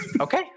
Okay